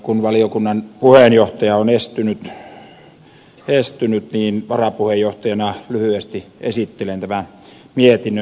kun valiokunnan puheenjohtaja on estynyt niin varapuhejohtajana lyhyesti esittelen tämän mietinnön